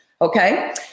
Okay